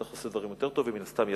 בטח עושה דברים יותר טובים, מן הסתם ישן.